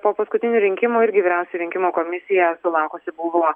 po paskutinių rinkimų irgi vyriausioji rinkimų komisija sulaukusi buvo